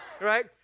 Right